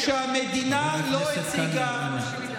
חבר הכנסת קלנר, אנא.